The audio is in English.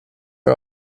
are